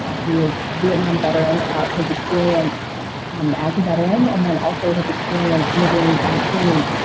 who is a vietnam veteran, about his experience um as a veteran and then also his experience living in queens.